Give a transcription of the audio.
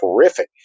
terrific